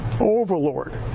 Overlord